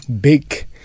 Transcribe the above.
big